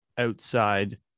Outside